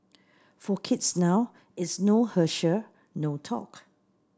for kids now it's no Herschel no talk